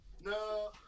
No